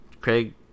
Craig